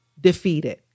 defeated